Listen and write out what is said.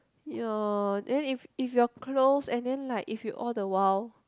ya then if if your close and then like if you all the while